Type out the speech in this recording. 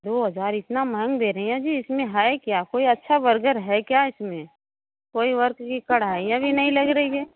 दो हजार इतना महँग दे रही हैं जी इसमें है क्या कोई अच्छा वर्जर है क्या इसमें कोई वर्थ कि कढ़ाइयाँ भी नहीं लग रही है